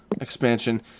expansion